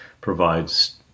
provides